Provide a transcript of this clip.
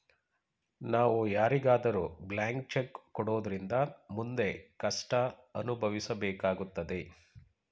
ನಾವು ಯಾರಿಗಾದರೂ blank cheque ಕೊಡೋದ್ರಿಂದ ಮುಂದೆ ಕಷ್ಟ ಅನುಭವಿಸಬೇಕಾಗುತ್ತದೆ